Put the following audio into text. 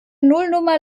nullnummer